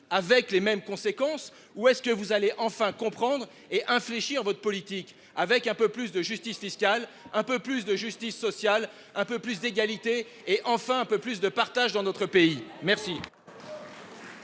avec les mêmes conséquences ? Ou allez vous enfin comprendre et infléchir votre politique avec un peu plus de justice fiscale, un peu plus de justice sociale, un peu plus d’égalité, un peu plus de partage dans notre pays ? Personne